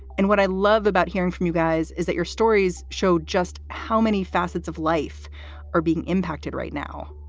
and what i love about hearing from you guys is that your stories showed just how many facets of life are being impacted right now